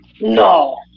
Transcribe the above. No